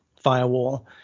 firewall